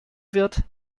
wird